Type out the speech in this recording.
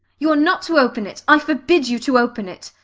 you are not to open it. i forbid you to open it.